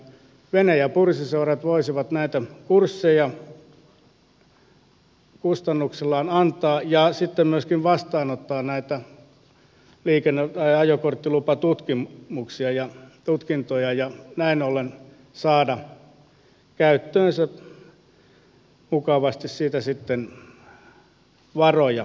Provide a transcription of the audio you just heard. vene ja pursiseurat voisivat näitä kursseja kustannuksellaan antaa ja sitten myöskin vastaanottaa näitä liikenne tai ajokorttilupatutkimuksia ja tutkintoja ja näin ollen saada käyttöönsä mukavasti siitä sitten varoja